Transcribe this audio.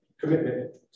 commitment